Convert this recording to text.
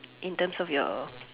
in terms of your